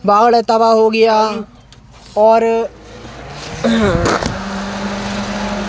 बावड़तवा हो गया और